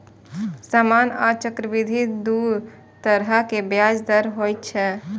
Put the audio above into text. सामान्य आ चक्रवृद्धि दू तरहक ब्याज दर होइ छै